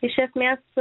iš esmės